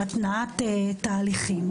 עם התנעת תהליכים.